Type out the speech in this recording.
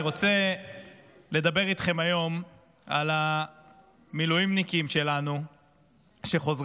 אני רוצה לדבר איתכם היום על המילואימניקים שלנו שחוזרים.